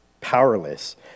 powerless